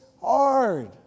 hard